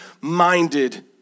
minded